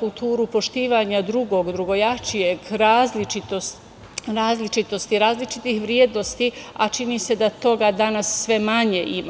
kulturu poštivanja drugog, drugojačijeg, različitosti, različitih vrednosti, a čini se da toga danas sve manje ima.